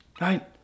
Right